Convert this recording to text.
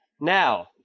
Now